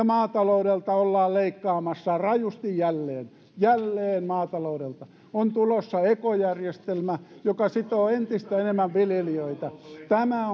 maataloudelta ollaan leikkaamassa rajusti jälleen jälleen maataloudelta on tulossa ekojärjestelmä joka sitoo viljelijöitä entistä enemmän tämä